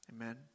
amen